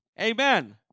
Amen